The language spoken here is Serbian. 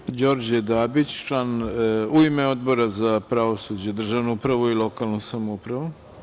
Reč ima Đorđe Dabić, u ime Odbora za pravosuđe, državnu upravu i lokalnu samoupravu.